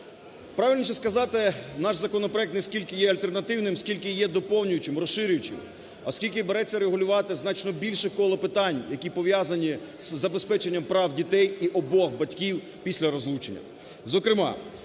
Правильніше сказати, наш законопроект не стільки є альтернативним, скільки є доповнюючим, розширюючим, оскільки береться регулювати значно більше коло питань, які пов'язані з забезпеченням прав дітей і обох батьків після розлучення.